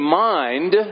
mind